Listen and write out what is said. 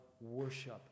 worship